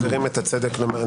מחזירים את הצדק למערכת המשפט.